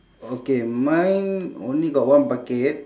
okay mine only got one bucket